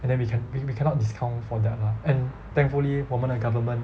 and then we can~ we we cannot discount for that lah and thankfully 我们的 government